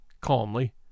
calmly